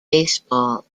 baseball